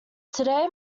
today